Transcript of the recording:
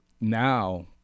now